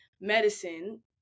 medicine